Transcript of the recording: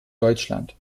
deutschland